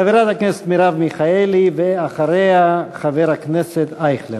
חברת הכנסת מרב מיכאלי, ואחריה, חבר הכנסת אייכלר.